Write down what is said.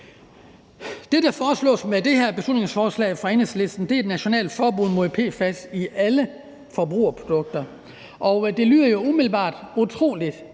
Det, der foreslås med det her beslutningsforslag fra Enhedslisten, er et nationalt forbud mod PFAS i alle forbrugerprodukter, og det lyder jo umiddelbart utrolig